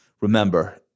remember